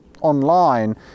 online